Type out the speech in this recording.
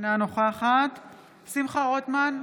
אינה נוכחת שמחה רוטמן,